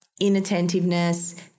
Inattentiveness